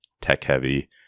tech-heavy